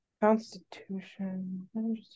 constitution